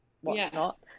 whatnot